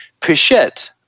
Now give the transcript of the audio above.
Pichet